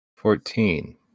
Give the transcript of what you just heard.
Fourteen